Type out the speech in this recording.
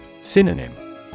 Synonym